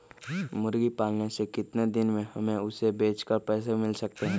मुर्गी पालने से कितने दिन में हमें उसे बेचकर पैसे मिल सकते हैं?